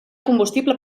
combustible